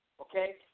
Okay